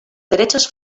derechos